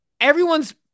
everyone's